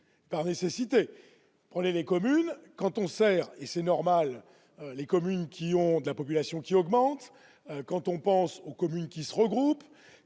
par nécessité, pour les les communes, cantons et c'est normal, les communes qui ont de la population qui augmente quand on pense aux communes qui se regroupe